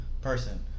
Person